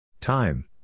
Time